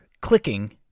clicking